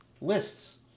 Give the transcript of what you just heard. Lists